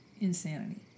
insanity